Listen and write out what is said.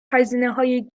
هزینههای